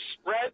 spread